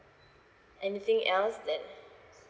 anything else that